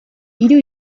hiru